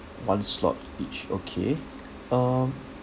one slot each okay um